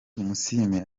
tumusiime